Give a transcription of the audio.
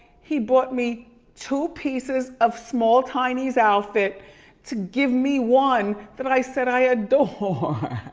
he bought me two pieces of small tiny's outfit to give me one that i said i adore.